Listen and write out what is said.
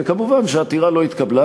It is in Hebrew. ומובן שהעתירה לא התקבלה,